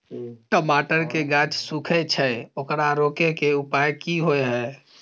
टमाटर के गाछ सूखे छै ओकरा रोके के उपाय कि होय है?